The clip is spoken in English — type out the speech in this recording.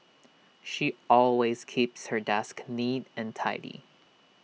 she always keeps her desk neat and tidy